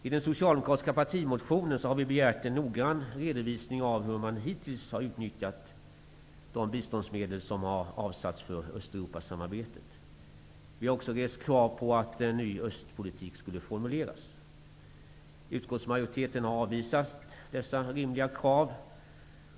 I den socialdemokratiska partimotionen har vi begärt en noggrann redovisning av hur man hittills har utnyttjat de biståndsmedel som har avsatts för Östeuropasamarbetet. Vi har också rest krav på att en ny östpolitik skulle formuleras. Utskottsmajoriteten har avvisat dessa rimliga krav.